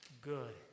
good